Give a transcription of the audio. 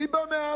מי בא מעזה?